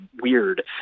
weird